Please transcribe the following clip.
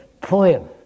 poem